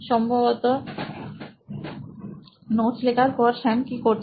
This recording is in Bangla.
সম্ভবত নোটস লেখার পরে স্যাম কি করছে